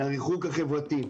לריחוק החברתי.